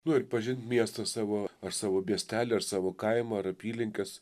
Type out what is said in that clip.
nu ir pažint miestą savo ar savo miestelį ar savo kaimą ar apylinkes